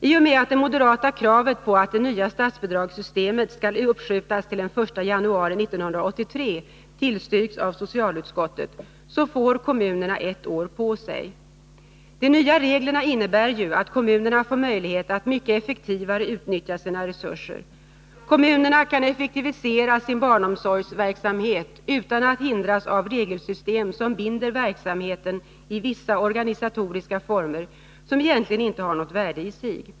I och med att det moderata kravet på att det nya statsbidragssystemet skall uppskjutas till den 1 januari 1983 tillstyrkts av socialutskottet, får kommunerna ett år på sig. De nya reglerna innebär ju att kommunerna får möjlighet att mycket effektivare utnyttja sina resurser. Kommunerna kan effektivisera sin barnomsorgsverksamhet utan att hindras av regelsystem som binder verksamheten i vissa organisatoriska former som egentligen inte har något värde i sig.